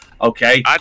Okay